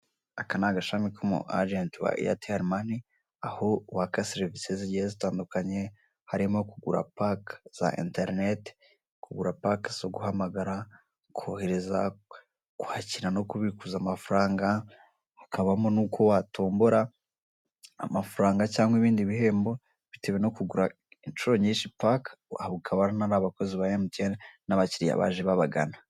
Aka n'agashami kumu agenti wa Airtel mani (money) aho waka serivise zigiye zitandukanye, harimo kugura paka za interinete, kugura pake zo guhamagara, kohereza, kwakira no kubikuza amafaranga, hakabamo nuko batombora amafaranga cyangwa ibindi bihembo bitewe no kugura inshuro nyinshi paka. Abo akaba ari abakozi ba MTN n'abakiriya baje babagana.